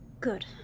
Good